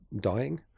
dying